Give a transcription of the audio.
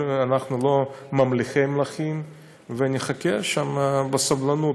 אנחנו לא ממליכי מלכים ונחכה שם בסבלנות.